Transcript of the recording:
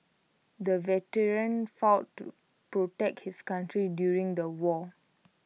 the veteran fought to protect his country during the war